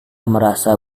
merasa